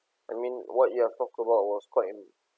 I mean what you have talked about was quite in